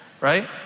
Right